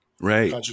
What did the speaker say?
right